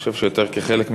אני חושב שיותר כחלק מלווה,